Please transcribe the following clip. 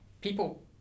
people